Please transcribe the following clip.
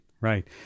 right